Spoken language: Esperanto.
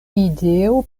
ideo